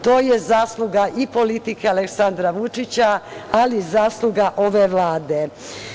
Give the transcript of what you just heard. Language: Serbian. To je zasluga i politike Aleksandra Vučića, ali i zasluga ove Vlade.